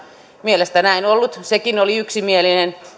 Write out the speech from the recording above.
mielestä näin ollut sekin oli yksimielinen